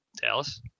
Dallas